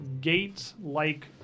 gate-like